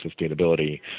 sustainability